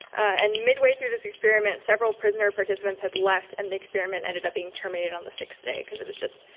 and midway through this experiment several prisoner participants had left and the experiment ended up being terminated on the sixth day, because it was just